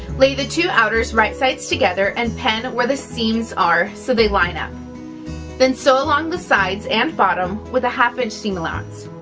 lay the two outers right sides together and pin where the seams are so they line up then sew along the sides and bottom with a half inch seam allowance